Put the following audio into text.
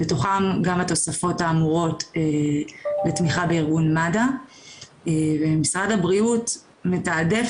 בתוכם גם התוספות האמורות לתמיכה בארגון מד"א ומשרד הבריאות מתעדף